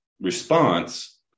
response